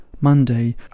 Monday